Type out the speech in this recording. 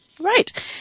Right